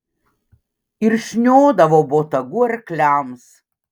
ir šniodavo botagu arkliams